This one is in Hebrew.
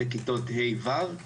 בכיתות ה'-ו',